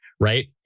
Right